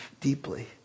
deeply